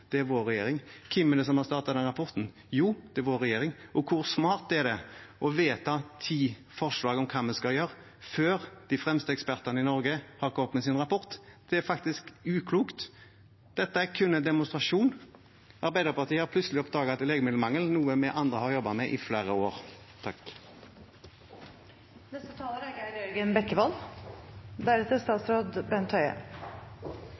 det er vår regjering. Og hvor smart er det å vedta ti forslag om hva vi skal gjøre før de fremste ekspertene i Norge har kommet med sin rapport? Det er faktisk uklokt. Dette er kun en demonstrasjon. Arbeiderpartiet har plutselig oppdaget at det er legemiddelmangel, noe vi andre har jobbet med i flere år.